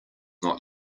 not